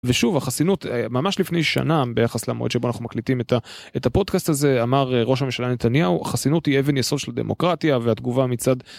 ושוב החסינות ממש לפני שנה ביחס למועד שבו אנחנו מקליטים את הפודקאסט הזה אמר ראש הממשלה נתניהו החסינות היא אבן יסוד של הדמוקרטיה והתגובה מצד..